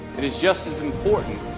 and it's just as important